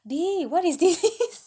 dey what is this